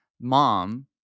mom